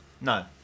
No